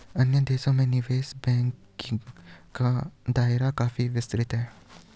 अन्य देशों में निवेश बैंकिंग का दायरा काफी विस्तृत है